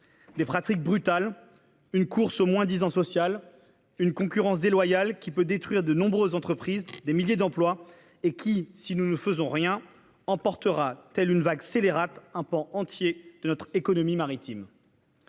des pratiques brutales, une course au moins-disant social, une concurrence déloyale qui peut détruire de nombreuses entreprises, des milliers d'emplois et qui, si nous ne faisons rien, emportera telle une vague scélérate un pan entier de notre économie maritime.